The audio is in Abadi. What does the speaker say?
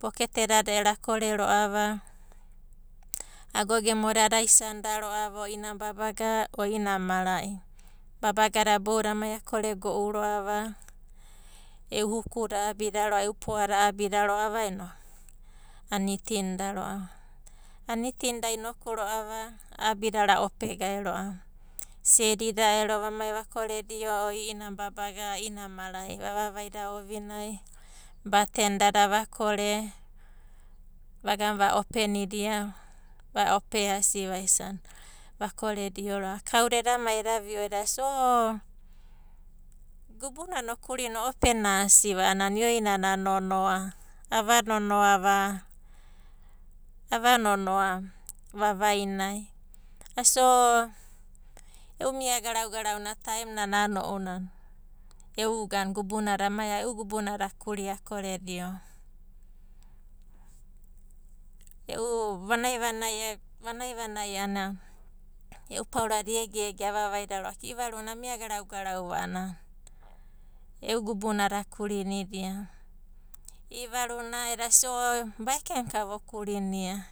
poketadada ero akore ro'ava, ago gemo dada aisanida ro'ava o i'ina babaga, o i'ina mara'i. Babagada boudadai amai a korego'u ro'ava inoku a nitinidia ro'ava. Anitinida inoku ro'ava, a'abida ro'a a opegae ro'ava, siedida ero vamai va koredio o i'ina babaga, i'ina mara'i, va vaida ovinai baten dada vakore, vagana va openidia, va opeasi vaisa vakoredio kauda eda mai eda vi'o sia o gubunana okurina o opena asiva a'anana ioinana nonoa, ava nonoa va. Va vainai vasia o e'u mia garau garauna taem nanai a'ana ounana e'u gubunada akuri akore dio va, vanai vanai a'ana e'u paurada egege avavai ro'ava ko i'ivaruna amia garau garau va a'ana e'u gubunada a kurinidia va. I'ivaru eda sia o baeke na ka vokurinia.